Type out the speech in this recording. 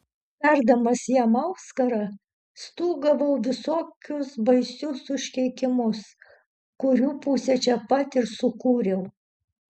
verdamas jam auskarą stūgavau visokius baisius užkeikimus kurių pusę čia pat ir sukūriau